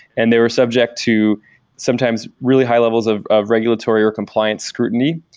and they are subject to sometimes really high levels of of regulatory or compliance scrutiny.